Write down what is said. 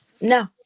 No